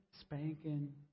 spanking